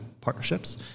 partnerships